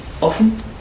offen